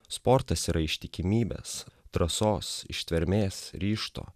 sportas yra ištikimybės drąsos ištvermės ryžto